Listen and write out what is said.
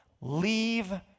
leave